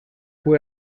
fue